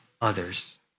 others